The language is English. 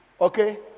Okay